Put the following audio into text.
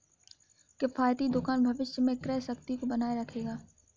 किफ़ायती दुकान भविष्य में क्रय शक्ति को बनाए रखेगा